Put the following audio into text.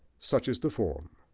such is the form.